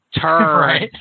turn